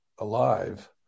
alive